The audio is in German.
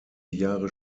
jahre